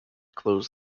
close